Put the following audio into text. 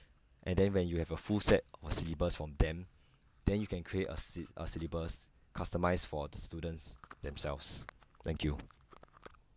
and then when you have a full set of syllabus from them then you can create a syl~ a syllabus customised for the students themselves thank you